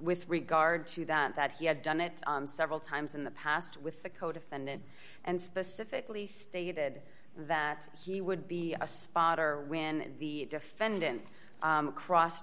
with regard to that that he had done it several times in the past with the codefendant and specifically stated that he would be a spotter when the defendant crossed